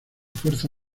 fuerza